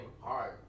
hard